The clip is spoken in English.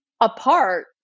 apart